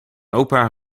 opa